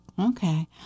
Okay